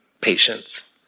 patience